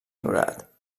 ignorat